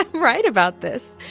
but right about this.